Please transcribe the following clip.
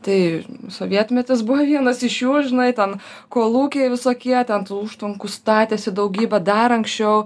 tai sovietmetis buvo vienas iš jų žinai ten kolūkiai visokie ten tų užtvankų statėsi daugybę dar anksčiau